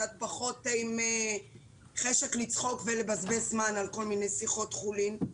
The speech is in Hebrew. קצת פחות עם חשק לצחוק ולבזבז זמן על כל מיני שיחות חולין.